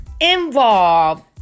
involve